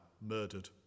murdered